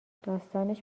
داستانش